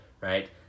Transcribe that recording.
right